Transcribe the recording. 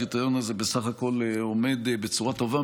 הקריטריון הזה בסך הכול עומד בצורה טובה,